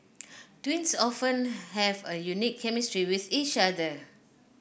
twins often have a unique chemistry with each other